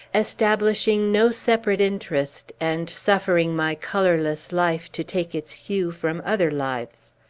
establishing no separate interest, and suffering my colorless life to take its hue from other lives.